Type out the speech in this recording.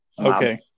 Okay